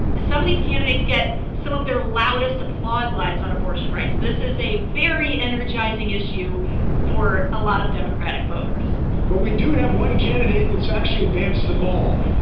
some of these candidates get some of their loudest applause lines on abortion rights. this is a very energizing issue for a lot of democratic voters but we do have one candidate that's actually advanced the ball,